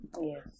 yes